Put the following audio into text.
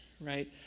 right